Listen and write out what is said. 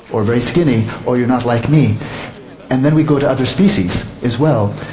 or very skinny, or you're not like me and then we go to other species as well.